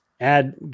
Add